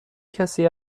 کسی